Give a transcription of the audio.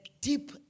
deep